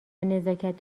نزاکت